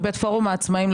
פורום העצמאים,